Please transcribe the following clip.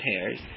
pairs